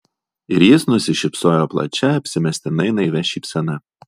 ir jis nusišypsojo plačia apsimestinai naivia šypsena